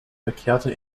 verkehrte